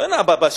אבל בהתחלה,